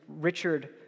Richard